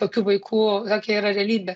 tokių vaikų tokia yra realybė